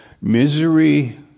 misery